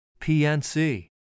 PNC